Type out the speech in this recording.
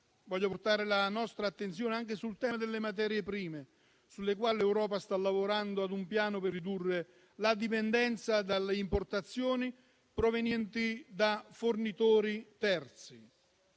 desidero portare la nostra attenzione anche sul tema delle materie prime, sulle quali l'Europa sta lavorando ad un piano per ridurre la dipendenza dalle importazioni provenienti da fornitori terzi.